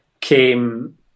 came